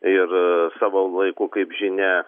ir savo laiku kaip žinia